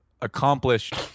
accomplished